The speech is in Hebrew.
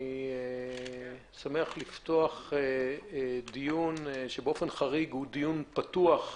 אני שמח לפתוח דיון שבאופן חריג הוא דיון פתוח,